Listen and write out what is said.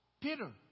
Peter